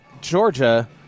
Georgia